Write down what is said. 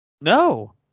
No